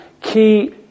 key